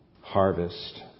harvest